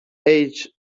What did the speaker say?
age